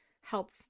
help